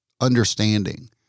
understanding